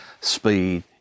speed